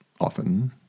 often